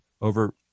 over